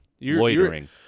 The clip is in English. loitering